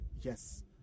yes